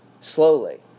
slowly